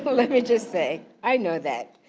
but let me just say, i know that.